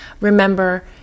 Remember